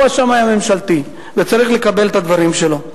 הוא השמאי הממשלתי וצריך לקבל את הדברים שלו.